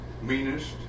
meanest